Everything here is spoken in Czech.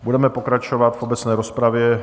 Budeme pokračovat v obecné rozpravě.